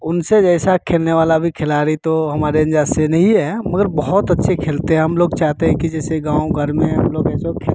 उनसे जैसा खेलने वाला भी खिलाड़ी तो हमारे अंजाद से नहीं है मगर बहुत अच्छे खेलते हैं हम लोग चाहते हैं कि जैसे गाँव घर में हम लोग हैं जो खेले